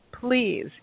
Please